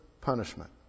punishment